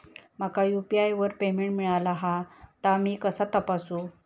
माका यू.पी.आय वर पेमेंट मिळाला हा ता मी कसा तपासू?